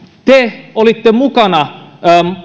te olitte mukana